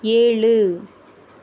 ஏழு